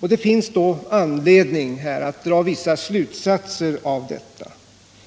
Det finns då anledning att dra vissa slutsatser av detta.